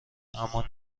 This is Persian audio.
اما